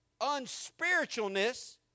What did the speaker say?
unspiritualness